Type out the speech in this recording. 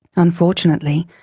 unfortunately,